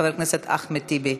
חבר הכנסת אחמד טיבי,